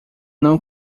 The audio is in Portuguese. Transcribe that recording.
não